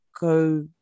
go